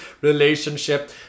relationship